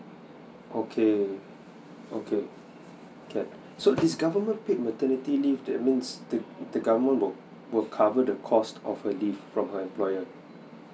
okay okay can so this government paid maternity leave that means the the government will will cover the cost of her leave from her employer